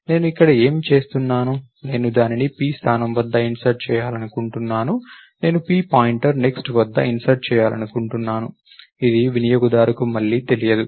నేను ఇక్కడ ఏమి చేస్తున్నాను నేను దానిని p స్థానం వద్ద ఇన్సర్ట్ చేయాలనుకుంటున్నాను నేను p పాయింటర్ నెక్స్ట్ వద్ద ఇన్సర్ట్ చేయాలనుకుంటున్నాను ఇది వినియోగదారుకు మళ్లీ తెలియదు